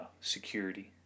security